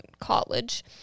college